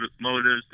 motives